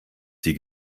sie